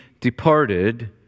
departed